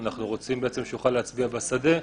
אנחנו רוצים בעצם שהוא להצביע בשדה,